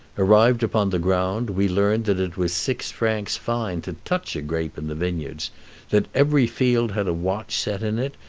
arrived upon the ground, we learned that it was six francs fine to touch a grape in the vineyards that every field had a watch set in it,